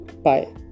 Bye